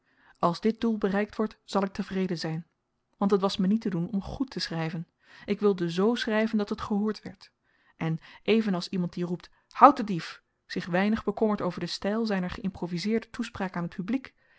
als dit doel bereikt wordt zal ik tevreden zyn want het was me niet te doen om goed te schryven ik wilde z schryven dat het gehoord werd en even als iemand die roept houdt den dief zich weinig bekommert over den styl zyner geïmprovizeerde toespraak aan t publiek